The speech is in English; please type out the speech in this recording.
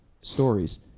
stories